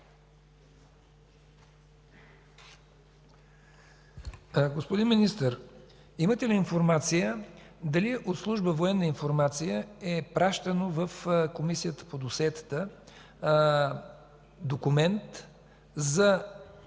Господин Министър, имате ли информация дали от служба „Военна информация” е пращан в Комисията по досиетата документ –